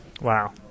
Wow